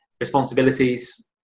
responsibilities